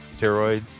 steroids